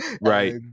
right